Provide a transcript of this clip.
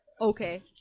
okay